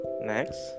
Next